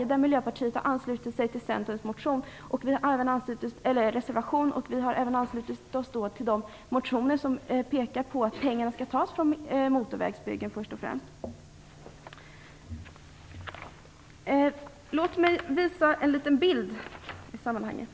Här har Miljöpartiet anslutit sig till Centerns reservation. Vi har även anslutit oss till de motioner som pekar på att pengarna först och främst skall tas från motorvägsbyggen. Låt mig visa en liten bild.